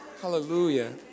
Hallelujah